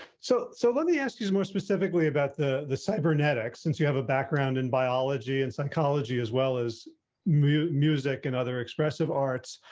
so so let me ask you more specifically about the the cybernetics since you have a background in biology and psychology as well as music music and other expressive arts.